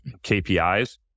KPIs